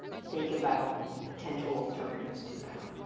think about potential alternatives to power.